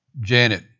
Janet